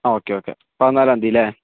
ആ okay okay പതിനാലാംതി അല്ലേ